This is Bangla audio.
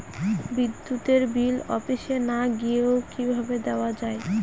বিদ্যুতের বিল অফিসে না গিয়েও কিভাবে দেওয়া য়ায়?